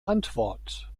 antwort